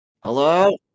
Hello